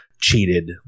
cheated